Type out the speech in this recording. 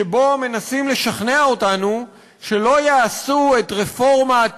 שבו מנסים לשכנע אותנו שלא יעשו את רפורמת